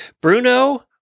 Bruno